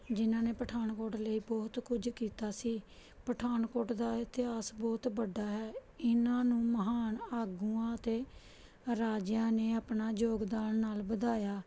ਜਿਹਨਾਂ ਨੇ ਪਠਾਨਕੋਟ ਲਈ ਬਹੁਤ ਕੁਝ ਕੀਤਾ ਸੀ ਪਠਾਨਕੋਟ ਦਾ ਇਤਿਹਾਸ ਬਹੁਤ ਵੱਡਾ ਹੈ ਇਹਨਾਂ ਨੂੰ ਮਹਾਨ ਆਗੂਆਂ ਅਤੇ ਰਾਜਿਆਂ ਨੇ ਆਪਣਾ ਯੋਗਦਾਨ ਨਾਲ ਵਧਾਇਆ